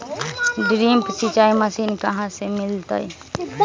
Drip सिंचाई machine कहाँ से मिलतै?